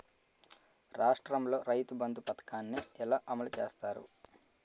రాష్ట్రంలో రైతుబంధు పథకాన్ని ఎలా అమలు చేస్తారు?